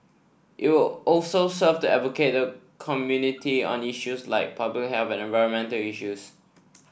it will also serve to advocate the community on issues like public health and environmental issues